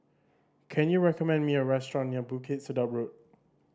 can you recommend me a restaurant near Bukit Sedap Road